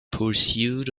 pursuit